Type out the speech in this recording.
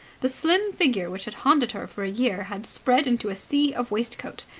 the slim figure which had haunted her for a year had spread into a sea of waistcoat.